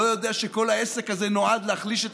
לא יודע שכל העסק הזה נועד להחליש את